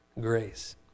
grace